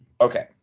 Okay